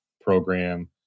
program